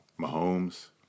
mahomes